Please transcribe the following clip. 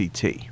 CT